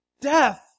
death